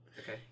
Okay